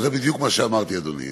זה בדיוק מה שאמרתי, אדוני.